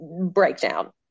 breakdown